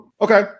okay